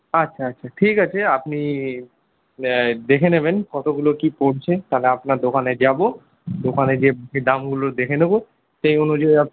আচ্ছা আচ্ছা ঠিক আছে আপনি দেখে নেবেন কতগুলো কী পড়ছে তাহলে আপনার দোকানে যাব দোকানে গিয়ে দামগুলো দেখে নেব সেই অনুযায়ী আপনি